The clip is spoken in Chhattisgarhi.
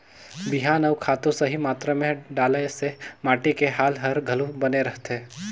बिहान अउ खातू सही मातरा मे डलाए से माटी के हाल हर घलो बने रहथे